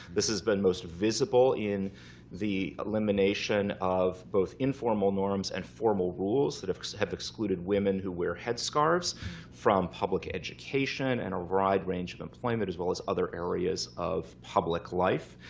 this has been most visible in the elimination of both informal norms and formal rules that have excluded women who wear headscarves from public education and a wide range of employment as well as other areas of public life.